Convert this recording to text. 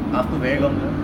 after very long no